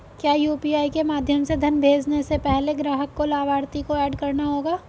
क्या यू.पी.आई के माध्यम से धन भेजने से पहले ग्राहक को लाभार्थी को एड करना होगा?